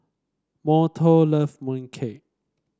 Morton love mooncake